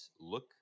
look